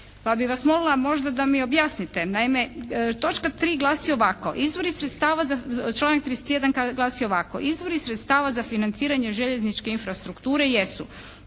pa bi vas molila možda da mi objasnite. Naime točka 3. glasi ovako izvori sredstava, članak 31. glasi ovako izvori sredstava za financiranje željezničke infrastrukture jesu.